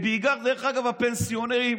בעיקר, דרך אגב, הפנסיונרים,